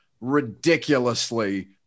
ridiculously